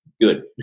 good